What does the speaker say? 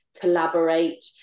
collaborate